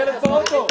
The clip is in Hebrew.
הילד באוטו.